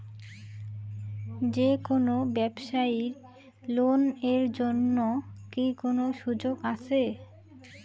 যে কোনো ব্যবসায়ী লোন এর জন্যে কি কোনো সুযোগ আসে?